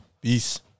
Peace